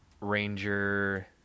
Ranger